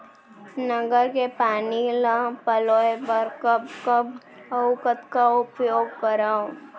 नहर के पानी ल पलोय बर कब कब अऊ कतका उपयोग करंव?